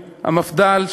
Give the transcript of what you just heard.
המפד"ל,